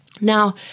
Now